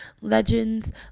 legends